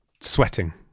sweating